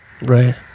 Right